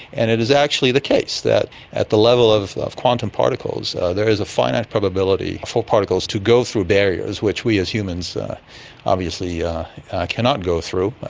and it is actually the case that at the level of of quantum particles there is a finite probability for particles to go through barriers which we as humans obviously yeah cannot go through,